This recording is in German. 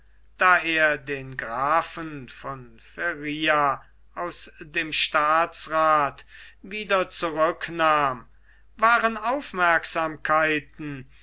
da er den grafen von feria aus dem staatsrath wieder zurücknahm waren aufmerksamkeiten